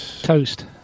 Toast